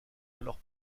alors